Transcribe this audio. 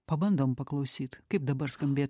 pabandom paklausyt kaip dabar skambėtų